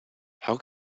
how